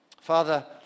Father